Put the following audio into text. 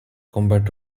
combat